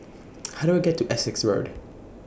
How Do I get to Essex Road